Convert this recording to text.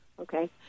Okay